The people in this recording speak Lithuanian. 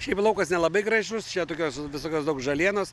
šiaip laukas nelabai gražus čia tokios visokios daug žalienos